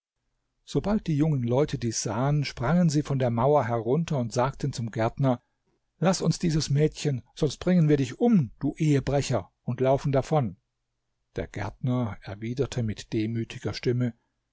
sobald die jungen leute dies sahen sprangen sie von der mauer herunter und sagten zum gärtner laß uns dieses mädchen sonst bringen wir dich um du ehebrecher und laufen davon der gärtner erwiderte mit demütiger stimme